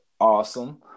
awesome